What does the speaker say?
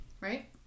right